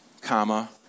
comma